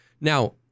now